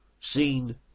seen